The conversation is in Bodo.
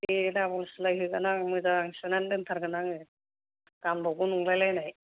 दे डाब'ल सिलाय होगोन आं मोजां सुनानै दोनथारगोन आङो गानबावगौ नंलायलायनाय